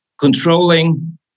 controlling